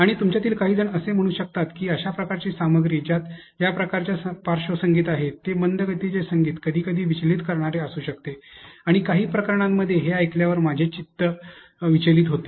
आणि तुमच्यातील काहीजण असे म्हणू शकतात की अशा प्रकारच्या सामग्री ज्यात या प्रकारच्या पार्श्वसंगीत आहे ते मंद गतीचे संगीत कधीकधी विचलित करणारे असू शकते आणि काही प्रकरणांमध्ये हे ऐकल्यावर माझे लक्ष विचलित होते